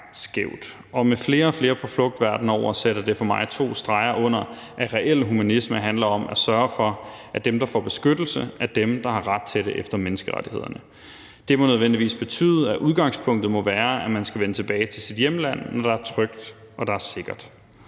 Og med flere og flere på flugt verden over sætter det for mig to streger under, at reel humanisme handler om at sørge for, at dem, der får beskyttelse, er dem, der har ret til det efter menneskerettighederne. Det må nødvendigvis betyde, at udgangspunktet må være, at man skal vende tilbage til sit hjemland, når der er trygt og sikkert,